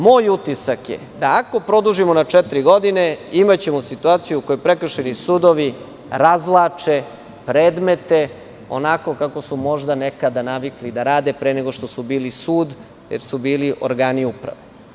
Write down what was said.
Moj utisak je da ako produžimo na četiri godine, imaćemo situaciju u kojoj prekršajni sudovi razvlače predmete onako kako su možda nekada navikli da rade, pre nego što su bili sud, jer su bili organi uprave.